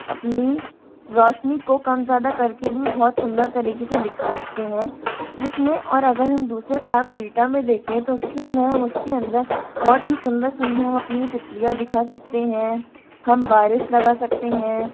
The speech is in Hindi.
अपनी रौशनी को कम ज़्यादा कर के भी बहुत सुंदर तरीके से दिखा सकते हैं जिसमें और अगर हम दूसरे एप विटा में देखें तो उसके अंदर हम उसके अंदर बहुत ही सुंदर सुंदर हम अपनी तितलियाँ दिखा सकते हैं हम बारिश लगा सकते हैं